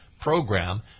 program